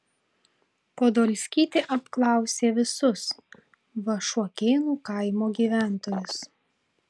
podolskytė apklausė visus vašuokėnų kaimo gyventojus